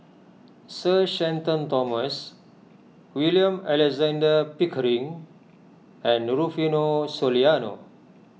Sir Shenton Thomas William Alexander Pickering and Rufino Soliano